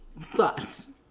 thoughts